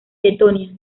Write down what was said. letonia